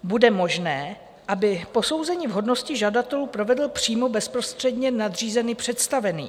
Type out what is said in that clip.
Bude možné, aby posouzení vhodnosti žadatelů provedl přímo bezprostředně nadřízený představený.